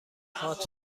هات